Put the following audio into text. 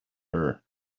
her